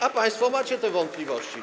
A państwo macie te wątpliwości.